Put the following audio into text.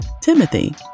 Timothy